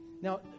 Now